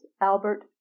Albert